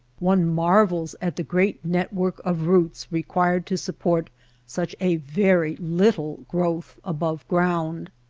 one marvels at the great network of roots required to sup port such a very little growth above ground.